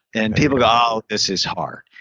and people go, oh, this is hard.